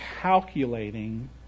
calculating